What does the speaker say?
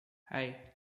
hey